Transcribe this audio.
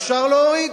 השבת, אפשר להוריד.